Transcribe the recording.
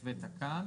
הממשלה.